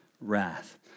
wrath